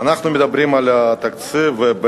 אנחנו מדברים על התקציב, ובעצם,